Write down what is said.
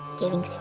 giving